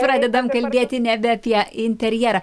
pradedam kalbėti nebe apie interjerą